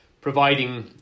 providing